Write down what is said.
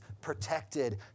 protected